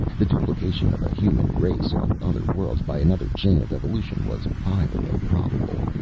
the duplication of a human race on other worlds by another chain of evolution was highly improbable.